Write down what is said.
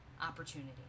opportunity